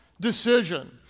decision